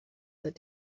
that